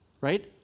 right